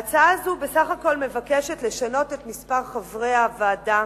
ההצעה הזאת בסך הכול מבקשת לשנות את מספר חברי הוועדה